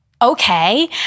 okay